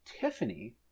Tiffany